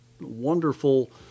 wonderful